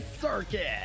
Circuit